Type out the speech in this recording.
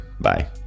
Bye